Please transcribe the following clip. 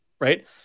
right